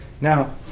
Now